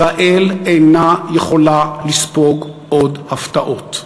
ישראל אינה יכולה לספוג עוד הפתעות.